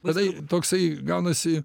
matai toksai gaunasi